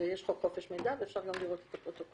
ועל פי חוק חופש המידע אפשר לראות את הפרוטוקולים